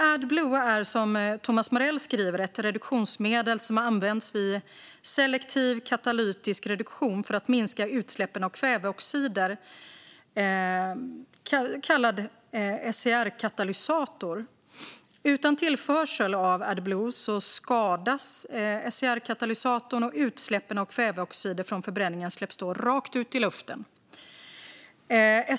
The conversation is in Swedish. Adblue är, som Thomas Morell skriver, ett reduktionsmedel som används vid selektiv katalytisk reduktion för att minska utsläppen av kväveoxider, så kallad SCR-katalysator. Utan tillförsel av Adblue skadas SCR-katalysatorn, och utsläppen av kväveoxider från förbränningen släpps då rakt ut i luften.